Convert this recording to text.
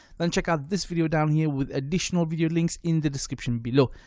then check out this video down here with additional video links in the description below.